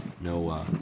no